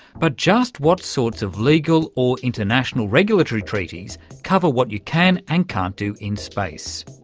but just what sorts of legal or international regulatory treaties cover what you can and can't do in space?